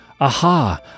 Aha